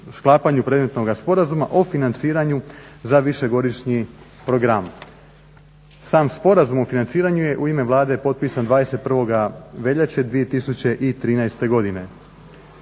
sklapanju predmetnoga sporazuma o financiranju za višegodišnji program. Sam sporazum o financiranju je u ime Vlade potpisan 21. veljače 2013. godine.